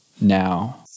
now